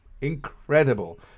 incredible